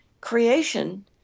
creation